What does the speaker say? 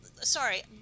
sorry